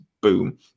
Boom